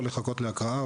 או לחכות להקראה?